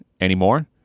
anymore